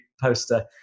poster